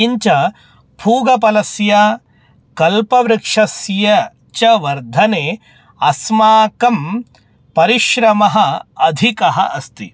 किञ्च पूगीफलस्य कल्पवृक्षस्य च वर्धने अस्माकं परिश्रमः अधिकः अस्ति